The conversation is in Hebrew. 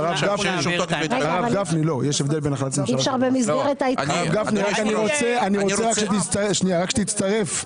הרב גפני, אני רוצה שתצטרף.